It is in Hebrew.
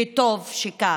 וטוב שכך.